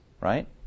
Right